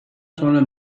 sonra